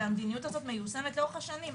והמדיניות הזאת מיושמת לאורך השנים.